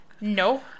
No